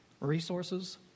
resources